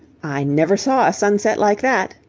i never saw a sunset like that